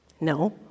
No